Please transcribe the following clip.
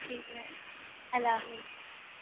ٹھیک ہے اللہ حافظ